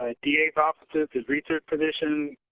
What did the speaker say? ah da's offices. there's research position.